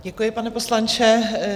Děkuji, pane poslanče.